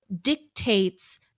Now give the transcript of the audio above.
dictates